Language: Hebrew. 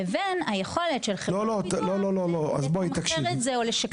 לבין היכולת של חברות ביטוח לתמחר את זה או לשקלל את זה.